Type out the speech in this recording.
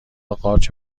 قارچ